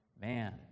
man